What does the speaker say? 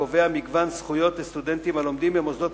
קובע מגוון זכויות לסטודנטים הלומדים במוסדות